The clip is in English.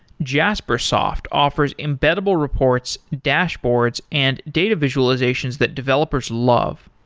jaspersoft offers embeddable reports, dashboards and data visualizations that developers love.